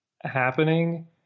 happening